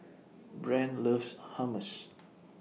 Brent loves Hummus